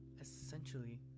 essentially